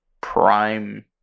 prime